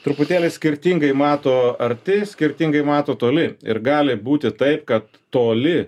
truputėlį skirtingai mato arti skirtingai mato toli ir gali būti taip kad toli